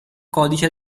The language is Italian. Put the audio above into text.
codice